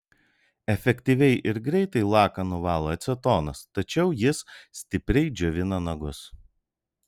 efektyviai ir greitai laką nuvalo acetonas tačiau jis stipriai džiovina nagus